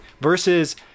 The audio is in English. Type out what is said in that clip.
Versus